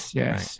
yes